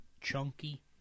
Chunky